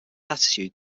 attitude